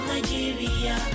Nigeria